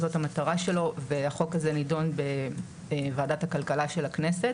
זאת המטרה שלו והחוק הזה נידון בוועדת הכלכלה של הכנסת.